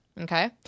Okay